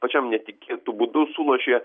pačiam netikėtu būdu sulošė